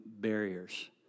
barriers